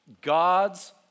God's